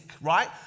right